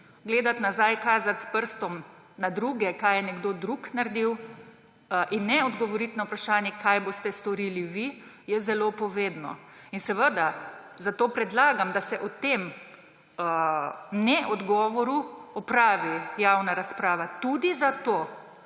Gledati nazaj, kazati s prstom na druge, kaj je nekdo drug naredil in ne odgovoriti na vprašanje, kaj boste storili vi, je zelo povedno. Seveda zato predlagam, da se o tem neodgovoru opravi javna razprava tudi zato,